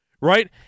Right